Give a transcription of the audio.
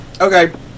Okay